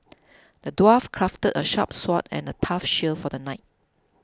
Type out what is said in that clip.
the dwarf crafted a sharp sword and a tough shield for the knight